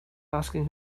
asking